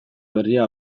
berria